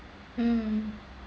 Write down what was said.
mm